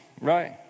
right